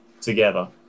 together